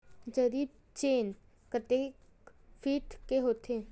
जरीब चेन कतेक फीट के होथे?